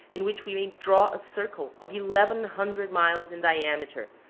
in which we may draw a circle of eleven hundred miles in diameter,